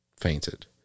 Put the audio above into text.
fainted